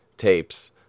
tapes